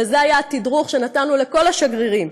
וזה היה התדרוך שנתנו לכל השגרירים,